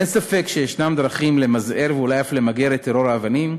אין ספק שיש דרכים למזער ואולי אף למגר את טרור האבנים,